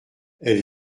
elle